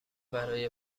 برای